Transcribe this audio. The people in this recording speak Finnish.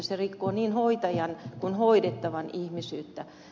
se rikkoo niin hoitajan kuin hoidettavan ihmisyyttä